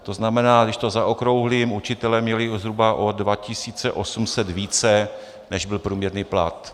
To znamená, když to zaokrouhlím, učitelé měli zhruba o 2 800 více, než byl průměrný plat.